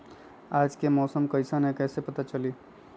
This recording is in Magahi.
आज के मौसम कईसन हैं कईसे पता चली?